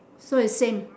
so is same